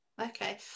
Okay